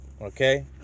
Okay